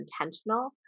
intentional